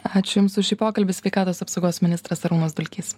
ačiū jums už šį pokalbį sveikatos apsaugos ministras arūnas dulkys